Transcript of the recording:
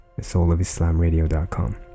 TheSoulOfIslamRadio.com